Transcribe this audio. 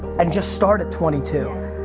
and just start at twenty two.